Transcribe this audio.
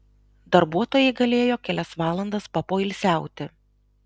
darbuotojai galėjo kelias valandas papoilsiauti